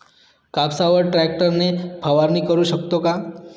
कापसावर ट्रॅक्टर ने फवारणी करु शकतो का?